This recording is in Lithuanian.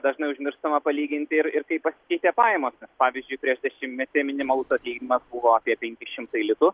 dažnai užmirštama palyginti ir ir ir kaip pasikeitė pajamos pavyzdžiui prieš dešimtmetį minimalus atlyginimas buvo apie penki šimtai litų